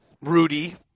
Rudy